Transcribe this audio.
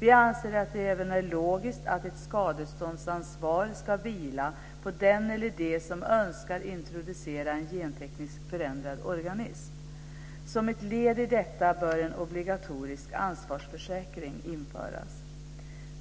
Vi anser att det även är logiskt att ett skadeståndsansvar ska vila på den eller dem som önskar introducera en gentekniskt förändrad organism. Som ett led i detta bör en obligatorisk ansvarsförsäkring införas.